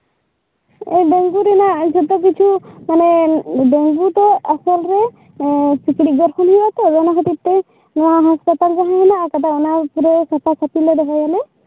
dengue ᱨᱮᱱᱟᱜ ᱡᱚᱛᱚ ᱠᱤᱪᱷᱩ ᱢᱟᱱᱮ ᱰᱮᱝᱜᱩ ᱫᱚ ᱟᱥᱚᱞᱨᱮ ᱥᱤᱠᱲᱤᱡ ᱜᱮᱨᱛᱮ ᱦᱩᱭᱩᱜ ᱟᱛᱚ ᱚᱱᱟ ᱠᱷᱟᱹᱛᱤᱨᱛᱮ ᱱᱚᱣᱟ ᱦᱟᱥᱯᱟᱛᱟᱞ ᱡᱟᱸᱦᱟ ᱢᱮᱱᱟᱜ ᱠᱟᱫᱟ ᱱᱚᱣᱟ ᱯᱩᱨᱟᱹ ᱥᱟᱯᱷᱟ ᱥᱟᱯᱷᱤ ᱫᱚᱦᱚᱭᱟᱞᱮ